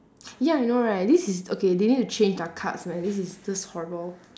ya I know right this is okay they need to change their cards man this is just horrible